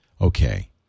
okay